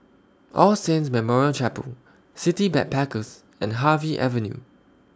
All Saints Memorial Chapel City Backpackers and Harvey Avenue